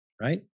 right